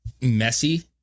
messy